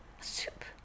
Soup